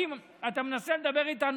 הוא לא רצה לתת לה.